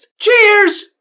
Cheers